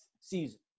season